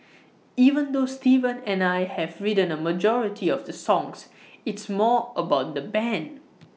even though Steven and I have written A majority of the songs it's more about the Band